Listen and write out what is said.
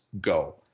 go